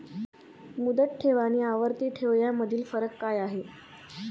मुदत ठेव आणि आवर्ती ठेव यामधील फरक काय आहे?